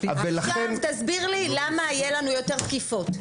עכשיו תסביר לי למה יהיו לנו יותר תקיפות,